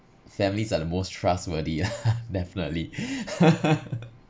families are the most trustworthy ah definitely